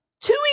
two